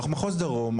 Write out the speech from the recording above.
אנחנו מחוז דרום,